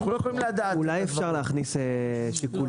אנחנו לא יכולים לדעת --- אולי אפשר להכניס שיקולים?